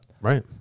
Right